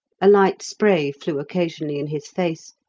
a light spray flew occasionally in his face,